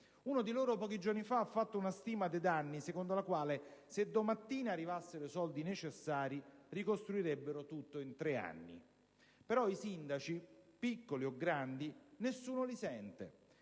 Uno di loro pochi giorni ha fatto una stima dei danni secondo la quale se domattina arrivassero i soldi necessari ricostruirebbero tutto in tre anni. Però i Sindaci (piccoli o grandi) nessuno li sente